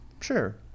Sure